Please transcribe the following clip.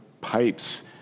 pipes